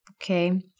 Okay